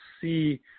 see